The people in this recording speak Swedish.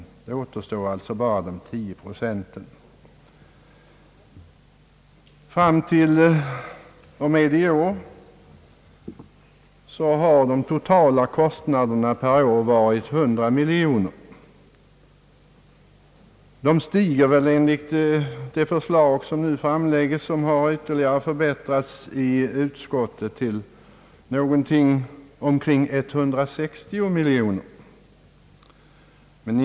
Det återstår alltså bara de 10 procenten. Fram till och med i år har de totala kostnaderna för yrkesskadeförsäkringen varit 100 miljoner kronor per år. De stiger enligt det förslag som nu framlagts och som ytterligare förbättrats i utskottet till 160 miljoner kronor.